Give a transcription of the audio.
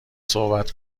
صحبت